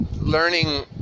learning